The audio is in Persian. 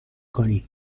کنی